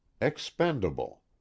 Expendable